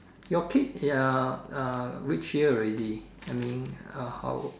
your kid ya uh which year already I mean uh how